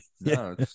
No